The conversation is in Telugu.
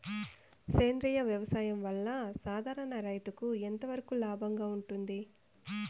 సేంద్రియ వ్యవసాయం వల్ల, సాధారణ రైతుకు ఎంతవరకు లాభంగా ఉంటుంది?